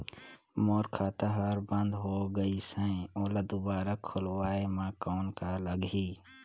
मोर खाता हर बंद हो गाईस है ओला दुबारा खोलवाय म कौन का लगही?